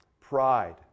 Pride